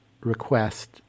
request